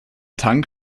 tank